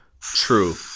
true